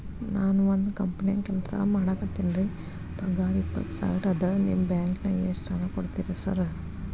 ನಾನ ಒಂದ್ ಕಂಪನ್ಯಾಗ ಕೆಲ್ಸ ಮಾಡಾಕತೇನಿರಿ ಪಗಾರ ಇಪ್ಪತ್ತ ಸಾವಿರ ಅದಾ ನಿಮ್ಮ ಬ್ಯಾಂಕಿನಾಗ ಎಷ್ಟ ಸಾಲ ಕೊಡ್ತೇರಿ ಸಾರ್?